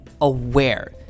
aware